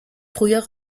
früher